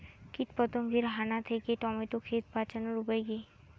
কীটপতঙ্গের হানা থেকে টমেটো ক্ষেত বাঁচানোর উপায় কি?